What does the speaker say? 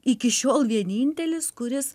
iki šiol vienintelis kuris